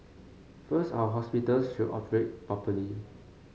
first our hospitals should operate properly